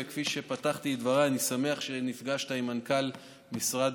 כפי שפתחתי את דבריי: אני שמח שנפגשת עם מנכ"ל שיבא,